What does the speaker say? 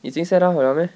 已经 set up 好 liao meh